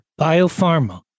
Biopharma